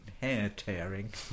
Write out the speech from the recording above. hair-tearing